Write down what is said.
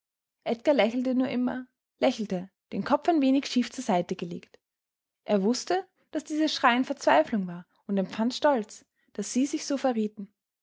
edgar lächelte nur immer lächelte den kopf ein wenig schief zur seite gelegt er wußte daß dieses schreien verzweiflung war und empfand stolz daß sie sich so verrieten